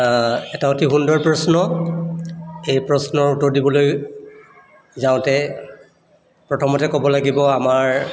এটা অতি সুন্দৰ প্ৰশ্ন এই প্ৰশ্নৰ উত্তৰ দিবলৈ যাওঁতে প্ৰথমতে ক'ব লাগিব আমাৰ